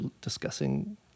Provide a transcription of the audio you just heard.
discussing